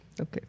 okay